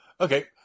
Okay